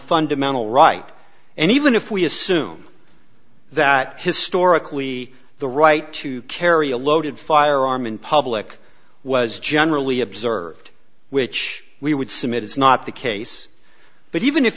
fundamental right and even if we assume that historically the right to carry a loaded firearm in public was generally observed which we would submit is not the case but even if